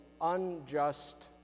unjust